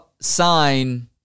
sign